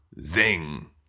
Zing